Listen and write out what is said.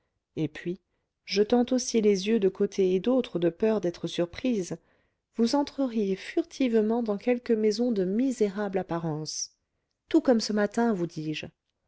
et puis jetant aussi les yeux de côté et d'autre de peur d'être surprise vous entreriez furtivement dans quelque maison de misérable apparence tout comme ce matin vous dis-je